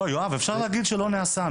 לא, יואב, אפשר להגיד שלא נעשה.